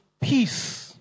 peace